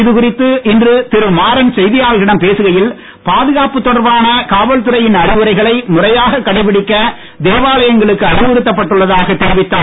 இதுகுறித்து இன்று திரு மாரன் செய்தியாளர்களிடம் பேசுகையில் பாதுகாப்பு தொடர்பான காவல்துறையின் அறிவுறைகளை முறையாக கடைபிடிக்க தேவாலயங்களுக்கு அறிவுறுத்தப்பட்டுள்ளதாக தெரிவித்தார்